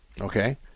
Okay